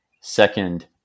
Second